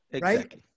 right